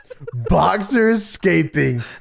boxer-escaping